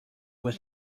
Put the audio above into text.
was